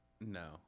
No